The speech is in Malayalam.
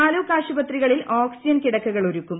താലുക്ക് ആശുപത്രികളിൽ ഓക്സിജൻ കിടക്കകൾ ഒരുക്കും